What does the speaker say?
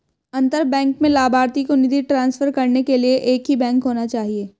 अंतर बैंक में लभार्थी को निधि ट्रांसफर करने के लिए एक ही बैंक होना चाहिए